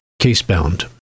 case-bound